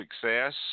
success